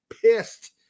pissed